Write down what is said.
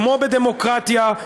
כמו בדמוקרטיה,